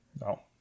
No